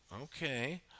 Okay